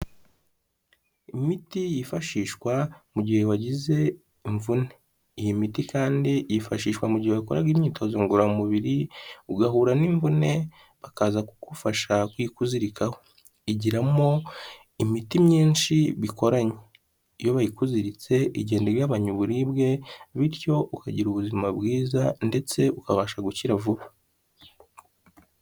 Imiti yifashishwa mu gihe wagize imvune. Iyi miti kandi yifashishwa mu gihe wakoraga imyitozo ngororamubiri, ugahura n'imvune, bakaza kugufasha kuyikuzirikaho. Igiramo imiti myinshi bikoranye. Iyo bayikuziritse igenda igabanya uburibwe, bityo ukagira ubuzima bwiza ndetse ukabasha gukira vuba.